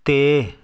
ਅਤੇ